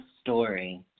story